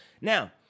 Now